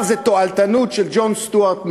זה התועלתנות של ג'ון סטיוארט מיל,